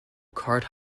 card